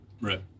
Right